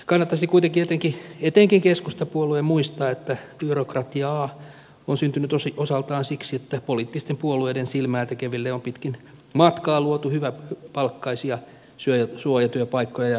kannattaisi kuitenkin etenkin keskustapuolueen muistaa että byrokratiaa on syntynyt osaltaan siksi että poliittisten puolueiden silmäätekeville on pitkin matkaa luotu hyväpalkkaisia suojatyöpaikkoja ja palkkiovirkoja